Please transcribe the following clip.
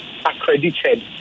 accredited